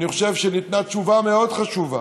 אני חושב שניתנה תשובה מאוד חשובה.